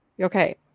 okay